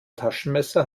taschenmesser